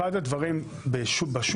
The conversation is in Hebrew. אחד הדברים בשוק,